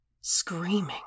screaming